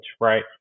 right